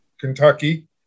Kentucky